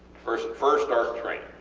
first first start training,